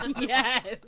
Yes